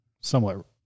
somewhat